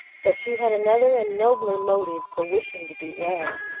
but she had another and nobler motive for wishing to do well.